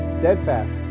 steadfast